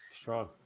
Strong